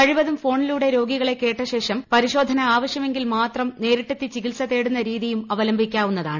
കഴിവതും ഫോണിലൂടെ രോഗികളെ ക്കേട്ടശേഷം പരിശോധന ആവശ്യമെങ്കിൽ മാത്രം നേരിട്ടെത്തി ചികിത്സ തേടുന്ന രീതിയും അവലംബിക്കാവുന്നതാണ്